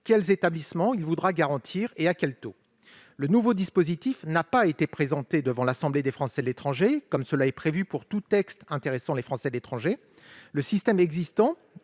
quels établissements il voudra garantir et à quel taux. Le nouveau dispositif n'a pas été présenté devant l'Assemblée des Français de l'étranger (AFE), comme cela est prévu pour tout texte intéressant les Français de l'étranger. Le système existant